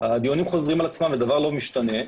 הדיונים חוזרים על עצמם ודבר לא משתנה,